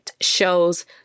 shows